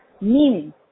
Meaning